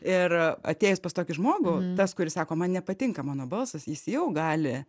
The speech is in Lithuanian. ir atėjus pas tokį žmogų tas kuris sako man nepatinka mano balsas jis jau gali